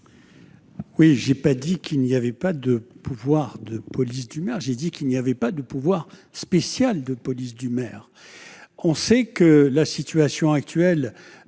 ? Je n'ai pas dit qu'il n'y avait pas de pouvoir de police du maire ; j'ai dit qu'il n'y avait pas de pouvoir « spécial » de police du maire ! La situation actuelle,